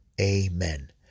Amen